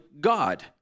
God